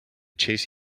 chase